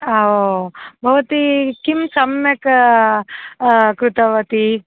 ओ भवती किं सम्यक् कृतवती